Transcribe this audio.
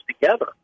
together